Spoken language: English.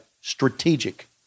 strategic